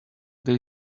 they